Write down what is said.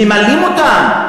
ממלאים אותם.